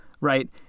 right